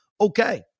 Okay